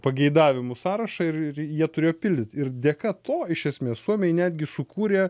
pageidavimų sąrašą ir ir jie turėjo pildyt ir dėka to iš esmės suomiai netgi sukūrė